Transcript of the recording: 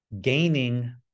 gaining